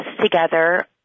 together